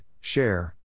Share